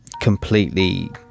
completely